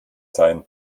sein